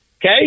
Okay